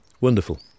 Wonderful